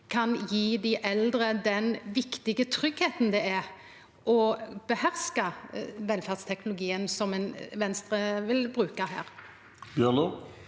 kan gje dei eldre den viktige tryggleiken det er å beherska velferdsteknologien som Venstre vil bruka? Alfred